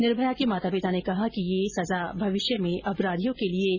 निर्भया के माता पिता ने कहा कि यह सजा भविष्य में अपराधियों के लिए सबक बनेगी